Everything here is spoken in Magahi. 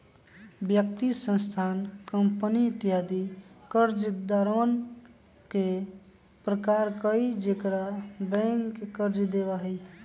व्यक्ति, संस्थान, कंपनी इत्यादि कर्जदारवन के प्रकार हई जेकरा बैंक कर्ज देवा हई